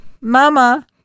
Mama